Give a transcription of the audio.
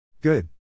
Good